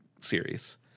series